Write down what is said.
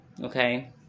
okay